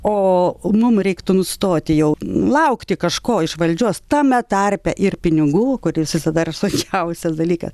o mum reiktų nustoti jau laukti kažko iš valdžios tame tarpe ir pinigų kuris visada sunkiausias dalyka